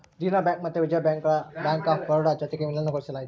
Dena bank ಮತ್ತೆ Vijaya bank ಗುಳ್ನ bank of Baroda ಜೊತಿಗೆ ವಿಲೀನಗೊಳಿಸಲಾಯಿತು